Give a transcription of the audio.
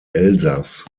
elsass